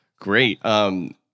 Great